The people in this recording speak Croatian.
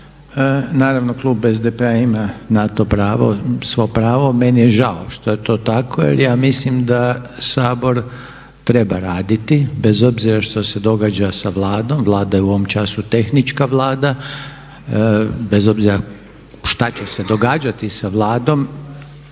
Naravno klub SDP-a ima na to pravo, svo pravo. Meni je žao što je to tako, jer ja mislim da Sabor treba raditi bez obzira što se događa sa Vladom. Vlada je u ovom času tehnička Vlada bez obzira šta će se događati sa Vladom.